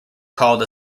called